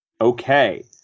Okay